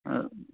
আৰু